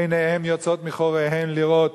עיניהם יוצאות מחוריהן לראות